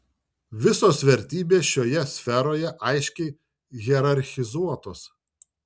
visos vertybės šioje sferoje aiškiai hierarchizuotos